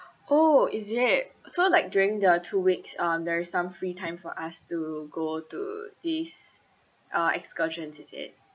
oh is it so like during the two weeks um there is some free time for us to go to these uh excursions is it